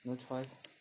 no choice